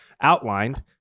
outlined